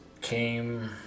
came